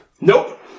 Nope